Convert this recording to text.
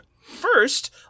First